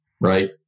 right